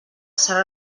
serà